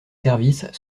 service